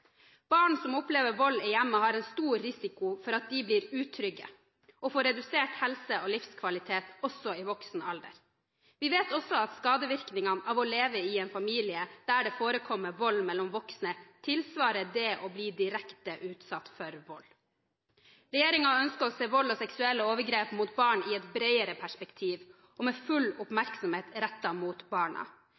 Barn som opplever vold i hjemmet, har stor risiko for å bli utrygge og for å få redusert helse- og livskvalitet, også i voksen alder. Vi vet også at skadevirkningene av å leve i en familie der det forekommer vold mellom voksne, tilsvarer det å bli direkte utsatt for vold. Regjeringen ønsker å se vold og seksuelle overgrep mot barn i et bredere perspektiv og med full oppmerksomhet rettet mot barna.